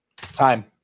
Time